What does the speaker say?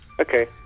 Okay